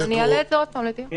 אני אעלה את זה עוד פעם לדיון.